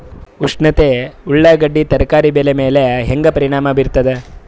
ಉಷ್ಣತೆ ಉಳ್ಳಾಗಡ್ಡಿ ತರಕಾರಿ ಬೆಳೆ ಮೇಲೆ ಹೇಂಗ ಪರಿಣಾಮ ಬೀರತದ?